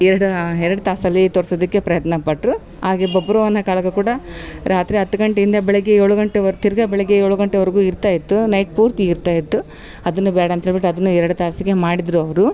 ಎರಡು ಎರಡು ತಾಸಲ್ಲಿ ತೋರಿಸೋದಿಕ್ಕೆ ಪ್ರಯತ್ನ ಪಟ್ಟರು ಹಾಗೆ ಬಬ್ರುವಾಹನ ಕಾಳಗ ಕೂಡ ರಾತ್ರಿ ಹತ್ತು ಗಂಟೆಯಿಂದ ಬೆಳಗ್ಗೆ ಏಳು ಗಂಟೆವರ್ಗು ತಿರ್ಗ ಬೆಳಗ್ಗೆ ಏಳು ಗಂಟೆವರೆಗು ಇರ್ತಾಯಿತ್ತು ನೈಟ್ ಪೂರ್ತಿ ಇರ್ತಾಯಿತ್ತು ಅದನ್ನು ಬ್ಯಾಡಂತ ಹೇಳಿಬಿಟ್ಟು ಅದನ್ನು ಎರಡು ತಾಸಿಗೆ ಮಾಡಿದರು ಅವರು